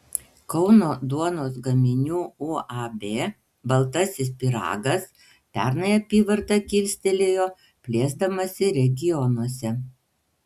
kauno duonos gaminių uab baltasis pyragas pernai apyvartą kilstelėjo plėsdamasi regionuose